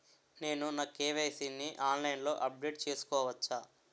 నేను నా కే.వై.సీ ని ఆన్లైన్ లో అప్డేట్ చేసుకోవచ్చా?